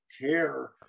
care